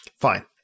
fine